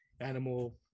animal